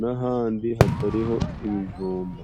n'ahandi hatariho ibijumba.